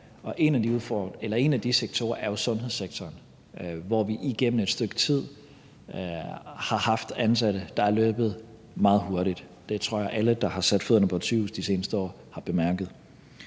en af de sektorer er jo sundhedssektoren, hvor vi igennem et stykke tid har haft ansatte, der har løbet meget hurtigt. Det tror jeg alle, der har sat fødderne på et sygehus de seneste år, har bemærket.